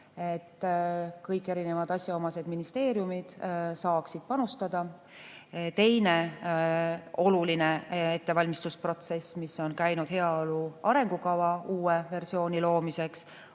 et kõik asjaomased ministeeriumid saaksid panustada. Teine oluline ettevalmistusprotsess, mis on käinud heaolu arengukava uue versiooni loomiseks,